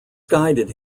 guided